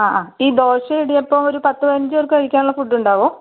ആ ആ ഈ ദോശയും ഇടിയപ്പവും ഒരു പത്തുപതിനഞ്ച് പേർക്ക് കഴിക്കുനുള്ളത് ഫുഡ് ഉണ്ടാകുമോ